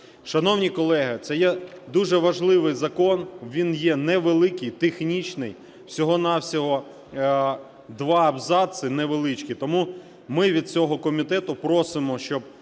Шановні колеги, це є дуже важливий закон, він є невеликий технічний, всього-на-всього 2 абзаци невеличкі, тому ми від всього комітету просимо щоб